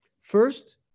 First